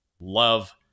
love